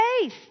faith